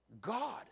God